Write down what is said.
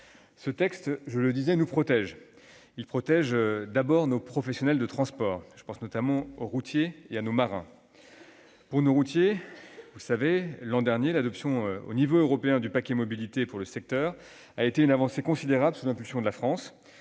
Ce texte, je le disais, nous protège. Il protège tout d'abord nos professionnels des transports, tels que nos routiers et nos marins. S'agissant de nos routiers, l'an dernier, l'adoption au niveau européen du paquet mobilité pour le secteur routier a été une avancée considérable, sous l'impulsion de la France.